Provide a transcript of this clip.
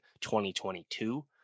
2022